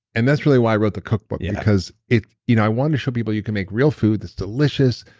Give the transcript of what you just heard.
and that's really why i wrote the cookbook yeah because i you know i wanted to show people you can make real food that's delicious.